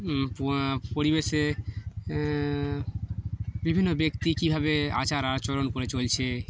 পরিবেশে বিভিন্ন ব্যক্তি কীভাবে আচার আচরণ করে চলছে